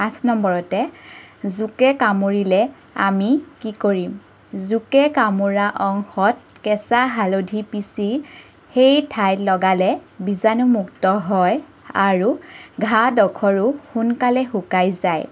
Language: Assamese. পাঁচ নম্বৰতে জোকে কামোৰিলে আমি কি কৰিম জোকে কামোৰা অংশত কেচা হালধি পিচি সেই ঠাইত লগালে বীজাণুমুক্ত হয় আৰু ঘাঁডুখৰো সোনকালে শুকাই যায়